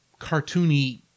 cartoony